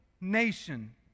nation